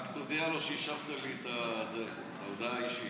רק תודיע לו שאישרת לי את ההודעה האישית.